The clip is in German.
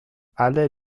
alle